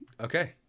okay